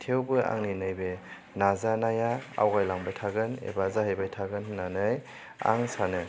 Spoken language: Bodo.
थेवबो आंनि नैबे नाजानाया आवगायलांबाय थागोन एबा जाहैबाय थागोन होनानै आं सानो